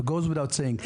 זה goes without saying.